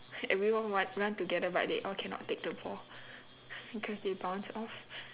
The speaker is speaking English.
everyone run run together but they all cannot take the ball because they bounce off